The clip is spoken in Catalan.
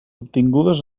obtingudes